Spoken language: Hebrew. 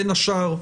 בין השאר,